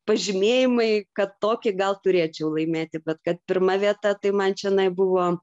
pažymėjimai kad tokį gal turėčiau laimėti bet kad pirma vieta tai man čionai buvo